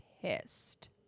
pissed